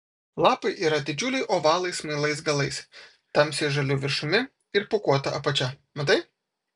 lapai yra didžiuliai ovalai smailais galais tamsiai žaliu viršumi ir pūkuota apačia matai